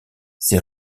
ces